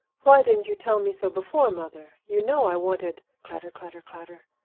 why didn't you tell me so before, mother? you know i wanted clatter, clatter, clatter!